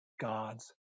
God's